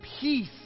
peace